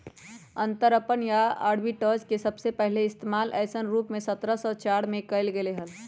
अंतरपणन या आर्बिट्राज के सबसे पहले इश्तेमाल ऐसन रूप में सत्रह सौ चार में कइल गैले हल